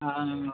हँ नुनू बाबू